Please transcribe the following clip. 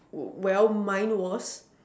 well mine was